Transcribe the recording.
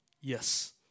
yes